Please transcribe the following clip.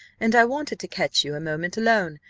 and i wanted to catch you a moment alone,